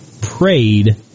prayed